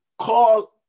call